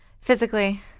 Physically